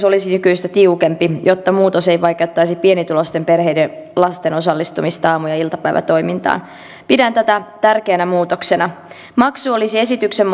olisi nykyistä tiukempi jotta muutos ei vaikeuttaisi pienituloisten perheiden lasten osallistumista aamu ja iltapäivätoimintaan pidän tätä tärkeänä muutoksena maksu olisi esityksen